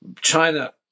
China